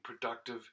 productive